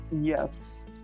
Yes